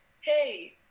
Hey